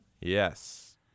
Yes